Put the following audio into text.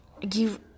Give